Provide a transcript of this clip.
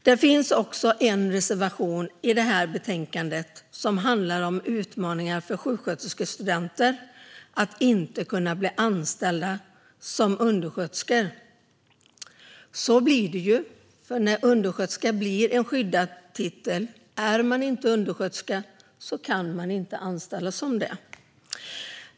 Det finns en reservation i betänkandet som handlar om utmaningen för sjuksköterskestudenter att inte kunna bli anställda som undersköterskor. Så blir det ju när undersköterska blir en skyddad yrkestitel. Är man inte undersköterska kan man inte anställas som sådan.